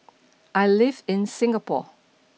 I live in Singapore